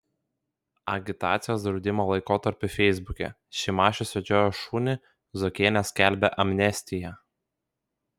agitacijos draudimo laikotarpiu feisbuke šimašius vedžiojo šunį zuokienė skelbė amnestiją